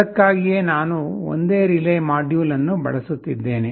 ಅದಕ್ಕಾಗಿಯೇ ನಾನು ಒಂದೇ ರಿಲೇ ಮಾಡ್ಯೂಲ್ಘಟಕ ಅನ್ನು ಬಳಸುತ್ತಿದ್ದೇನೆ